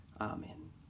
Amen